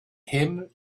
him